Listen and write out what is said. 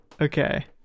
Okay